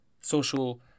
social